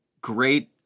great